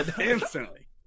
instantly